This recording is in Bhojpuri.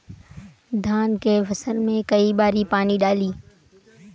धान के फसल मे कई बारी पानी डाली?